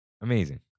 amazing